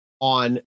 on